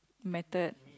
method